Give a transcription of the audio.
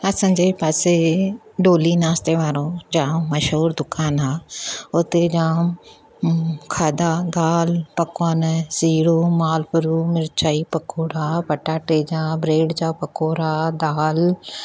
असांजे पासे डोली नास्ते वारो जाम मशहूरु दुकानु आहे उते जाम खाधा दाल पकवान सीरो मालपुड़ो मिर्चाई पकोड़ा पटाटे जा ब्रेड जा पकोड़ा दाल